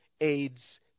AIDS